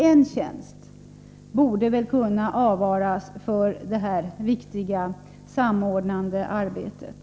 En tjänst borde väl kunna avvaras för detta viktiga samordnande arbete.